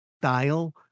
style